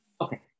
Okay